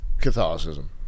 Catholicism